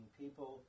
people